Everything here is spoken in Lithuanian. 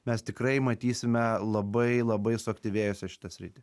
mes tikrai matysime labai labai suaktyvėjusią šitą sritį